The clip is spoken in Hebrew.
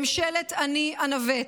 ממשלת "אני אנווט",